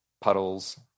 puddles